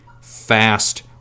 fast